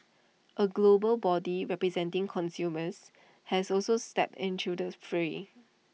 A global body representing consumers has also stepped into the fray